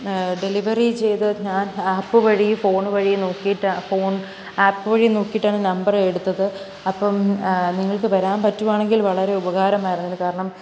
delivery ചെയ്ത് ഞാൻ app വഴി ഫോണ് വഴി നോക്കിയിട്ടാ ഫോൺ ആപ്പ് വഴി നോക്കിയിട്ടാണ് നമ്പര് എടുത്തത് അപ്പോള് നിങ്ങൾക്ക് വരാന് പറ്റുവാണെങ്കിൽ വളരെ ഉപകാരമായിരുന്നു കാരണം